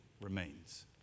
remains